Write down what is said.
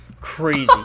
crazy